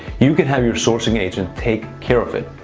you can have your sourcing agent take care of it.